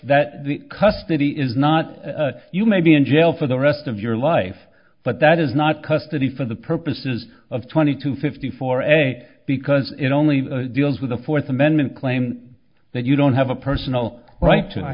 that the custody is not you may be in jail for the rest of your life but that is not custody for the purposes of twenty to fifty four a day because it only deals with a fourth amendment claim that you don't have a personal right to i